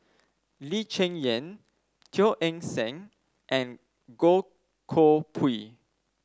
Lee Cheng Yan Teo Eng Seng and Goh Koh Pui